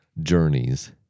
journeys